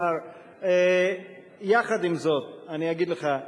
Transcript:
כלומר, יחד עם זאת אני אגיד לך,